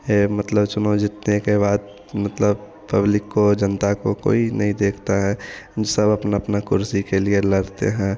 यह मतलब चुनाव जीतने के बाद मतलब पब्लिक को जनता को कोई नहीं देखता है सब अपनी अपनी कुर्सी के लिए लड़ते हैं